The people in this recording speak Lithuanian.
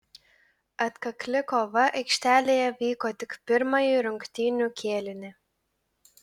atkakli kova aikštelėje vyko tik pirmąjį rungtynių kėlinį